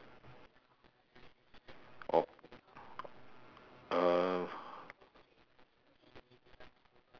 oh err